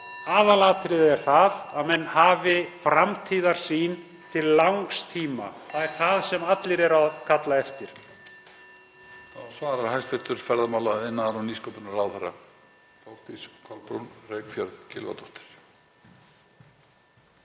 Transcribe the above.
Aðalatriðið er að menn hafi framtíðarsýn til langs tíma, það er það sem allir eru að kalla eftir.